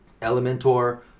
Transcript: Elementor